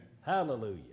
Hallelujah